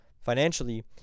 financially